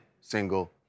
single